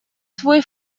свой